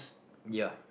ya